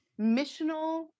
missional